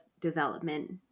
development